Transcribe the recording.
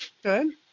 Good